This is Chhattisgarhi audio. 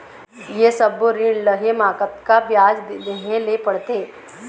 ये सब्बो ऋण लहे मा कतका ब्याज देहें ले पड़ते?